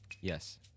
Yes